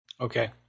Okay